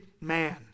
man